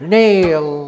nail